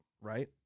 right